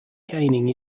caning